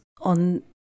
on